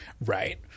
right